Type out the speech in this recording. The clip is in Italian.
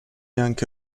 anche